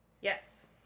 Yes